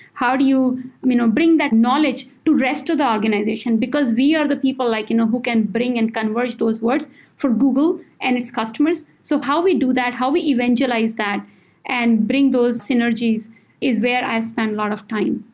how do you know bring that knowledge to rest of the organization? because we are the people like you know who can bring and converge those words for google and its customers. so how we do that, how we evangelize that and bring those synergies is where i spent a lot of time.